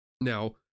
Now